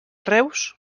reus